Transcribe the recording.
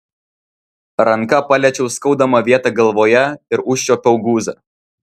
ranka paliečiau skaudamą vietą galvoje ir užčiuopiau guzą